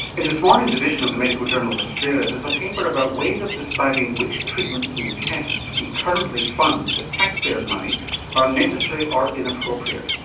in this morning's edition of the medical journal of australia there's a paper about ways of deciding which treatments and tests we currently fund with taxpayers' money are unnecessary or inappropriate.